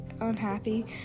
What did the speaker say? unhappy